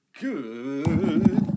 Good